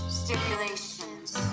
stipulations